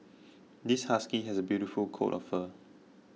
this husky has a beautiful coat of fur